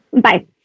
bye